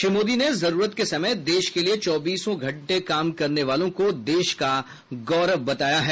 श्री मोदी ने जरूरत के समय देश के लिए चौबीस घंटे काम करने वालों को देश का गौरव कहा है